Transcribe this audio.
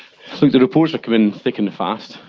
the reports are coming thick and fast.